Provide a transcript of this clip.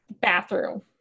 bathroom